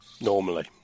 Normally